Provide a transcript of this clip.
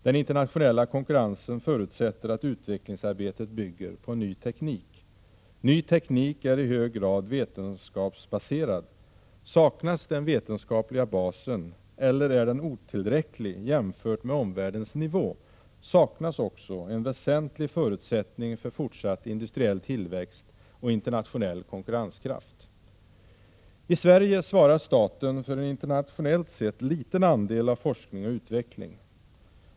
Den internationella konkurrensen förutsätter att utvecklingsarbetet bygger på ny teknik. Ny teknik är i hög grad vetenskapsbaserad. Saknas den vetenskapliga basen, eller är den otillräcklig jämfört med omvärldens nivå, saknas också en väsentlig förutsättning för fortsatt industriell tillväxt och internationell konkurrenskraft. I Sverige svarar staten för en internationellt sett liten andel av forskning och utveckling.